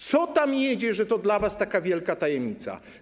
Co tam jedzie, że to dla was taka wielka tajemnica?